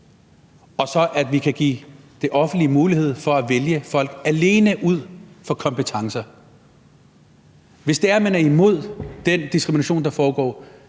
så vi kan give det offentlige mulighed for at vælge folk alene ud fra kompetencer? Hvis man er imod den diskrimination, der foregår,